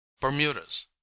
Bermudas